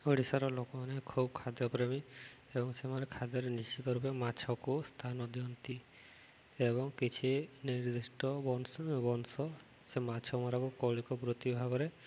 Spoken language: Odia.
ଓଡ଼ିଶାର ଲୋକମାନେ ଖୁବ ଖାଦ୍ୟପ୍ରେମୀ ଏବଂ ସେମାନେ ଖାଦ୍ୟରେ ନିଶ୍ଚିତ ରୂପେ ମାଛକୁ ସ୍ଥାନ ଦିଅନ୍ତି ଏବଂ କିଛି ନିର୍ଦ୍ଦିଷ୍ଟ ବଂଶ ବଂଶ ସେ ମାଛ ମରାକୁ କୌଳିକ ବୃତ୍ତି ଭାବରେ